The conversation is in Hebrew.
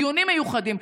דיונים מיוחדים.